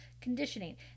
conditioning